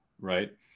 Right